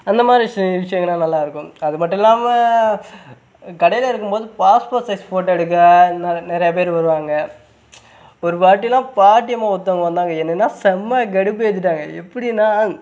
அந்த மாதிரி விஷயங்கள்லாம் நல்லா இருக்கும் அது மட்டும் இல்லாமல் கடையில் இருக்கும் போது பாஸ்போர்ட் சைஸ் ஃபோட்டோ எடுக்க நிறைய நிறையா பேர் வருவாங்க ஒரு வாட்டிலாம் பாட்டி அம்மா ஒருத்தங்க வந்தாங்க என்னென்னா செம கடுப்பு ஏத்திவிட்டாங்க எப்படின்னா